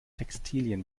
textilien